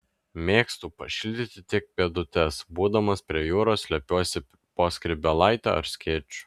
mėgstu pašildyti tik pėdutes būdama prie jūros slepiuosi po skrybėlaite ar skėčiu